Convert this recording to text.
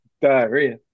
Diarrhea